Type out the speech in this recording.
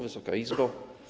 Wysoka Izbo!